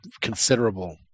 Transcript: considerable